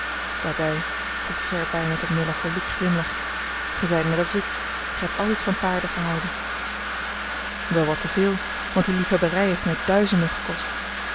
daarbij voegde zij er bij met een melancholiek glimlachje gij zijt net als ik gij hebt altijd van paarden gehouden wel wat te veel want die liefhebberij heeft mij duizenden gekost